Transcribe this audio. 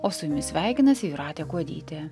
o su jumis sveikinasi jūratė kuodytė